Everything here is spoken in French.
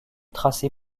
tracé